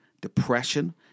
depression